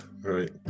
right